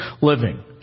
living